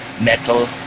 metal